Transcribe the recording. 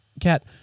Cat